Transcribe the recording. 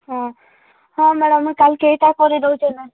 ହଁ ହଁ ମ୍ୟାଡ଼ାମ୍ ମୁଁ କାଲ୍କେ ଏଟା କରିଦେଉଛେ ମ୍ୟାଡ଼ାମ୍